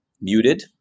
muted